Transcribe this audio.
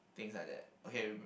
things like that